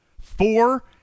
Four